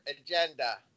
agenda